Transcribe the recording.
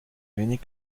wenig